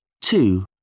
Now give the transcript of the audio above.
Two